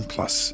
Plus